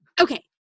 Okay